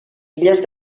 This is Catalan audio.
illes